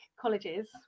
colleges